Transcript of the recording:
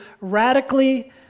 radically